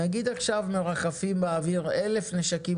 נגיד שעכשיו מרחפים באוויר 1,000 נשקים